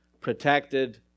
protected